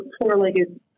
four-legged